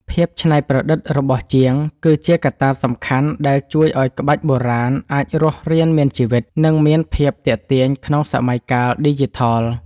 ភាពច្នៃប្រឌិតរបស់ជាង គឺជាកត្តាសំខាន់ដែលជួយឱ្យក្បាច់បុរាណអាចរស់រានមានជីវិត និងមានភាពទាក់ទាញក្នុងសម័យកាលឌីជីថល។